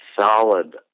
solid